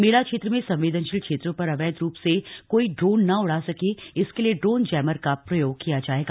मेला क्षेत्र में संवेदनशील क्षेत्रों पर अवैध रूप से कोई ड्रोन ना उड़ सके इसके लिए ड्रोन जैमर का प्रयोग किया जाएगा